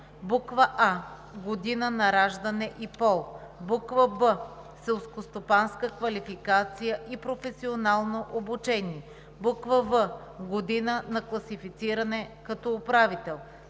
а) година на раждане и пол; б) селскостопанска квалификация и професионално обучение; в) година на класифициране като управител.